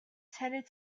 tended